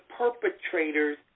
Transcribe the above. perpetrators